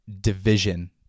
division